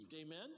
amen